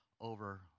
over